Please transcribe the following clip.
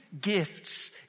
gifts